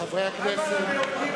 חבר הכנסת זאב